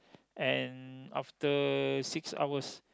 and after six hours